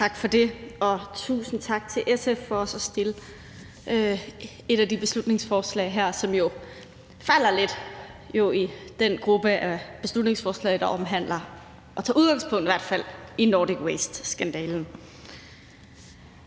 Tak for det, og tusind tak til SF for at fremsætte et af de her beslutningsforslag, som jo falder lidt ned i den gruppe af beslutningsforslag, der omhandler, eller som i hvert fald tager udgangspunkt i Nordic Waste-skandalen.